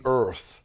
earth